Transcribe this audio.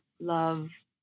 love